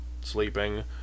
sleeping